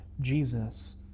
Jesus